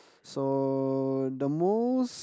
so the most